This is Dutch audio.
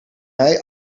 mei